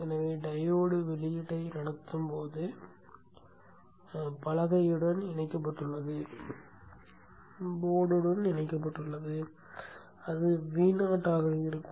எனவே டையோடு வெளியீட்டை நடத்தும் போது பலகையுடன் இணைக்கப்பட்டுள்ளது அது Vo ஆக இருக்கும்